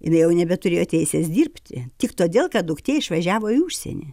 jinai jau nebeturėjo teisės dirbti tik todėl kad duktė išvažiavo į užsienį